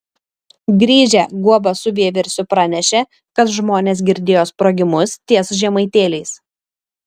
grįžę guoba su vieversiu pranešė kad žmonės girdėjo sprogimus ties žemaitėliais